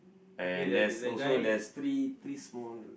and there's also there's three three small